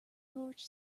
porch